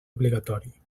obligatori